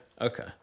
Okay